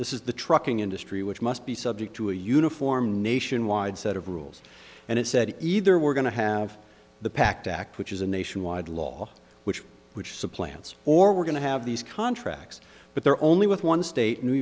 this is the trucking industry which must be subject to a uniform nationwide set of rules and it said either we're going to have the pact act which is a nationwide law which which supplants or we're going to have these contracts but they're only with one state new